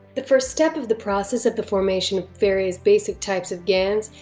the first step of the process of the formation of various basic types of gans,